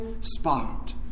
spot